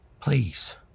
Please